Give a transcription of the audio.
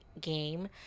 game